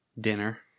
dinner